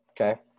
okay